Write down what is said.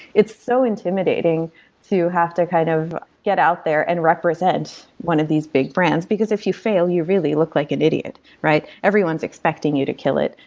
it's so intimidating to have to kind of get out there and represent one of these big friends. because if you fail, you really look like an idiot, right? everyone is expecting you to kill it.